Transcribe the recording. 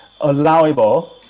allowable